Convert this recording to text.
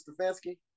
Stefanski